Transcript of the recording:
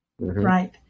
Right